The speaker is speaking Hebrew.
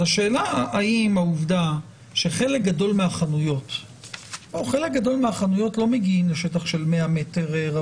השאלה היא לגבי העובדה שחלק גדול מהחנויות לא מגיעות לשטח של 100 מטרים.